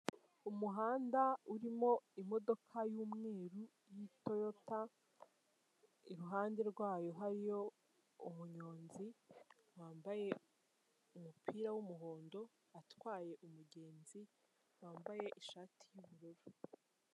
Umuhanda urimo imodoka y'umweru y'itoyota, iruhande rwayo hariyo umunyonzi wambaye umupira w'umuhondo, atwaye umugenzi wambaye ishati y'ubururu.